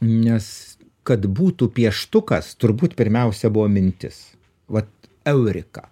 nes kad būtų pieštukas turbūt pirmiausia buvo mintis vat eurika